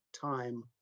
time